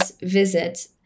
visit